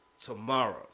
tomorrow